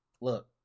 look